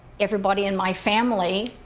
everybody in my family,